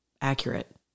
accurate